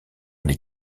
les